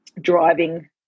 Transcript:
driving